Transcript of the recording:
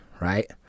right